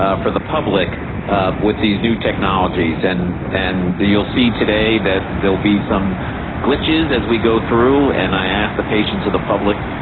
ah for the public with these new technologies and and you'll see today that there'll be some glitches as we go through and i asked the patience of the public